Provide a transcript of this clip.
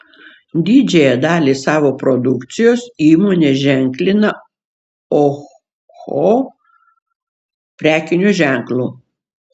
didžiąją dalį savo produkcijos įmonė ženklina oho prekiniu ženklu